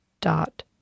dot